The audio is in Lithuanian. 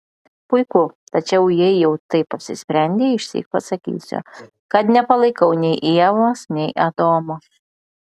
puiku tačiau jei jau taip apsisprendei išsyk pasakysiu kad nepalaikau nei ievos nei adomo